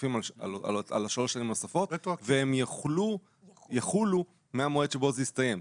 הנוספים על שלוש השנים הנוספים והם יחולו מהמועד שבו זה הסתיים.